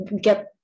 get